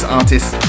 artists